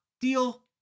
deal